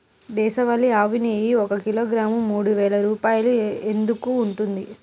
దేశవాళీ ఆవు నెయ్యి ఒక కిలోగ్రాము మూడు వేలు రూపాయలు ఎందుకు ఉంటుంది?